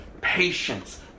patience